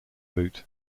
boot